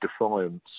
defiance